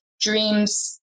dreams